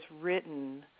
written